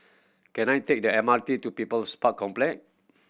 can I take the M R T to People's Park Complex